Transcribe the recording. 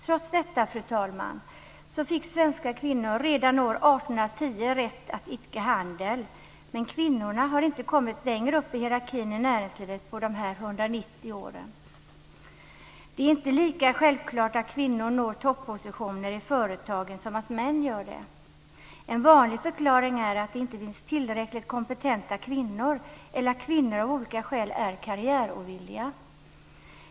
Trots detta, fru talman, fick svenska kvinnor redan år 1810 rätt att idka handel. Men kvinnorna har inte kommit längre upp i hierarkin i näringslivet på dessa Det är inte lika självklart att kvinnor når toppositioner i företagen som att män gör det. En vanlig förklaring är att det inte finns tillräckligt kompetenta kvinnor eller att kvinnor av olika skäl är karriärovilliga.